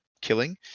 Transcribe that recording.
killing